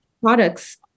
products